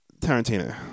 Tarantino